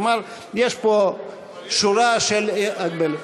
כלומר יש פה שורה של הגבלות.